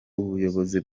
ubuyobozi